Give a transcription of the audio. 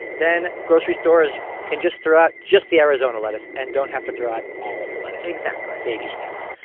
then grocery stores can just throw out just the arizona lettuce and don't have to throw out all of the lettuce exactly baby steps.